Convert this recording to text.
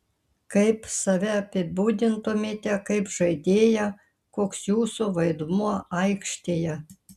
kaip save apibūdintumėte kaip žaidėją koks jūsų vaidmuo aikštėje